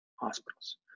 hospitals